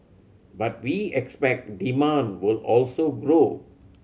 but we expect demand will also grow